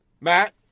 matt